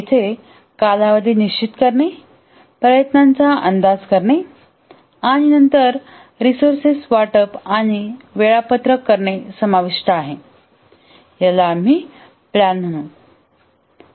येथे कालावधी निश्चित करणे प्रयत्नांचा अंदाज करणे आणि नंतर रिसोर्सेस वाटप आणि वेळापत्रक करणे समाविष्ट आहे याला आम्ही प्लॅन म्हणू